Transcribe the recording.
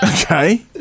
okay